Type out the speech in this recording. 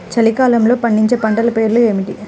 చలికాలంలో పండే పంటల పేర్లు ఏమిటీ?